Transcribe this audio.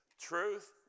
truth